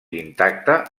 intacte